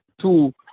two